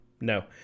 No